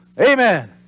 Amen